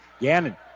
gannon